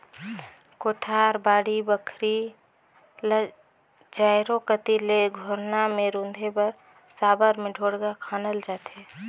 कोठार, बाड़ी बखरी ल चाएरो कती ले घोरना मे रूधे बर साबर मे ढोड़गा खनल जाथे